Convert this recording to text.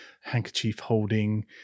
handkerchief-holding